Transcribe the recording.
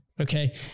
Okay